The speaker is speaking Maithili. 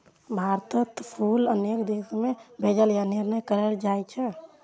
भारतक फूल अनेक देश मे भेजल या निर्यात कैल जाइ छै